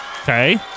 Okay